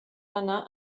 anar